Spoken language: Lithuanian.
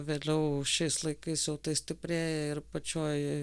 vėliau šiais laikais jau tai stiprėja ir pačioj